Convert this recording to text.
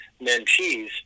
mentees